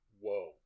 Whoa